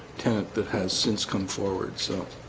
tenant that has since come forward so